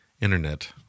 internet